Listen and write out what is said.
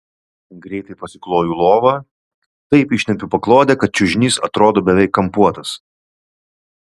greitai pasikloju lovą taip ištempiu paklodę kad čiužinys atrodo beveik kampuotas